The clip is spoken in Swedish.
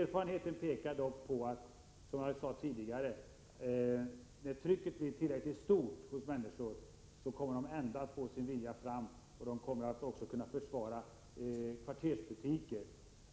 Erfarenheten pekar dock, som jag sade tidigare, på att när trycket blir tillräckligt stort från människorna kommer de ändå att få sin vilja fram, och de kommer även att kunna försvara kvartersbutikerna.